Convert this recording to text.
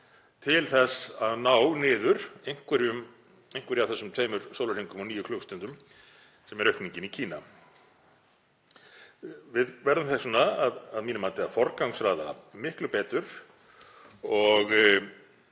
til þess að ná niður einhverju af þessum tveimur sólarhringum og níu klukkustundum sem er aukningin í Kína. Við verðum þess vegna að mínu mati að forgangsraða miklu betur og